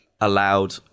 allowed